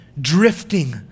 drifting